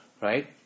right